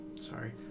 sorry